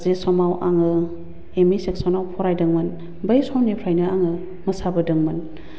जे समाव आङो एम इ सेकस'नाव फरायदोंमोन बै समनिफ्रायनो आङो मोसाबोदोंमोन